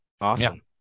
awesome